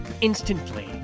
Instantly